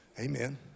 Amen